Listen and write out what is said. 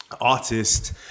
artist